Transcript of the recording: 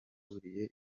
baburiwe